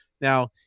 now